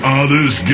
others